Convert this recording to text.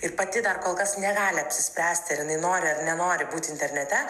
ir pati dar kol kas negali apsispręsti ar jinai nori ar nenori būt internete